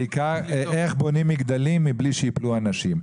בעיקר איך בונים מגדלים מבלי שיפלו מהם אנשים.